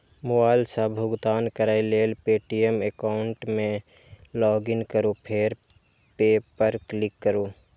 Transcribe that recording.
mobile सं भुगतान करै लेल पे.टी.एम एकाउंट मे लॉगइन करू फेर पे पर क्लिक करू